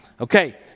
Okay